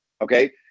okay